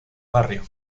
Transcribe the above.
barrio